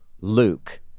Luke